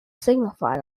signified